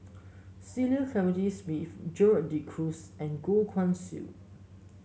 Cecil Clementi Smith Gerald De Cruz and Goh Guan Siew